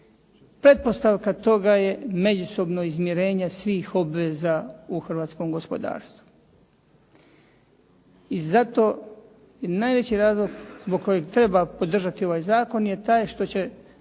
pretpostavka toga je međusobno izmirenje svih obveza u hrvatskom gospodarstvu. I zato najveći razlog zbog kojeg treba podržati ovaj zakon je taj što će